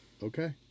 Okay